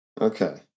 Okay